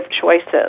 choices